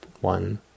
one